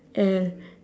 and